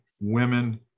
women